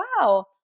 wow